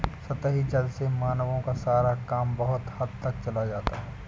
सतही जल से मानवों का सारा काम बहुत हद तक चल जाता है